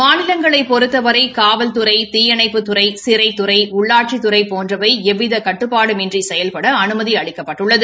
மாநிலங்களைப் பொறுத்தவரை காவல்துறை தீயணைப்புத்துறை சிறைத்துறை உள்ளாட்சித்துறை போன்றவை எவ்வித கட்டுபாடுமின்றி செயல்பட அனுமதி அளிக்கப்பட்டள்ளது